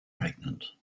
pregnant